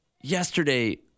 yesterday